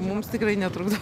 mums tikrai netrukdo